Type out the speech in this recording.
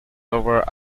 over